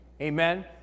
Amen